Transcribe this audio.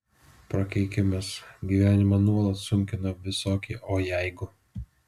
prakeikimas gyvenimą nuolat sunkina visokie o jeigu